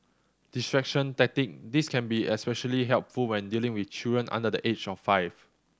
distraction tactic this can be especially helpful when dealing with children under the age of five